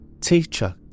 teacher